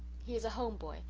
he is a home boy,